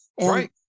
Right